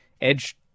Edge